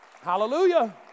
Hallelujah